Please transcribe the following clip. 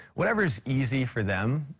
whatever is easy for them.